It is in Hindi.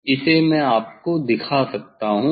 इसे मैं आपको दिखा सकता हूं